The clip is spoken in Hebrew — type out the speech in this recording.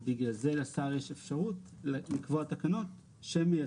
ובגלל זה לשר יש אפשרות לקבוע את התקנות שמייצרות.